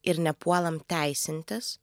ir nepuolam teisintis